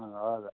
हजुर हजुर